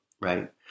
right